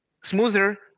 smoother